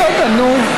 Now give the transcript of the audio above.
בסדר, נו.